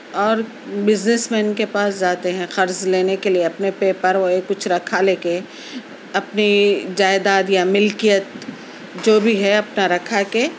اور businessman کے پاس جاتے ہیں قرض لینے کے لئے اپنے پیپر وہی کچھ رکھا لے کے اپنی جائیداد یا مِلکیت جو بھی ہے اپنا رکھا کے